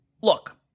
Look